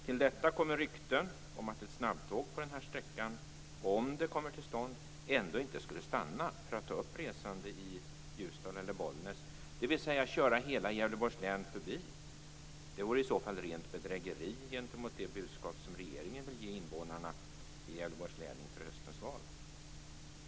Till detta kommer rykten om att ett snabbtåg på den här sträckan, om det kommer till stånd, ändå inte skulle stanna för att ta upp resande i Ljusdal eller Bollnäs, dvs. köra hela Gävleborgs län förbi. Det vore i så fall rent bedrägeri gentemot det budskap som regeringen vill ge invånarna i Gävleborgs län inför höstens val.